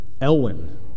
Elwin